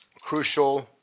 crucial